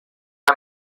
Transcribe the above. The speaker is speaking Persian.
کلم